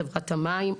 "חברת המים",